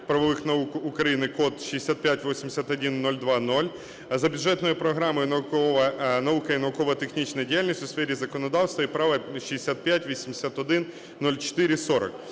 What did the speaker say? правових наук України" (код 6581020) за бюджетною програмою "Наука і науково-технічна діяльність у сфері законодавства і права" (65810440).